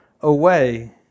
away